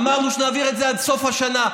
אמרנו שנעביר את זה עד סוף השנה.